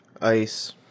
ice